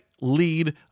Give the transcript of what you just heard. lead